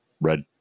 red